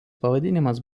pavadinimas